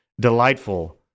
delightful